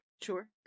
Sure